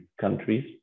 countries